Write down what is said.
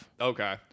Okay